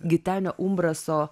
gitenio umbraso